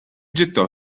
gettò